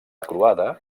croada